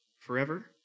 forever